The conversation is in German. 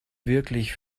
wirklich